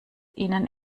ihnen